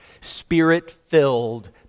spirit-filled